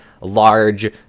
large